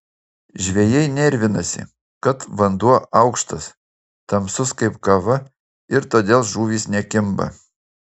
žvejai nervinasi kad vanduo aukštas tamsus kaip kava ir todėl žuvys nekimba